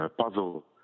puzzle